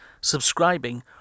subscribing